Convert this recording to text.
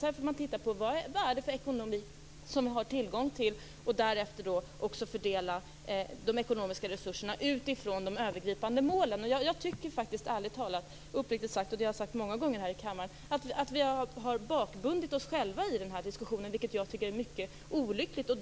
Sedan får man titta på vad det är för ekonomi vi har tillgång till, och därefter får man fördela de ekonomiska resurserna utifrån de övergripande målen. Jag tycker faktiskt uppriktigt sagt - och det har jag sagt många gånger här i kammaren - att vi har bakbundit oss själva i den här diskussionen. Det tycker jag är mycket olyckligt.